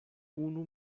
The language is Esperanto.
unu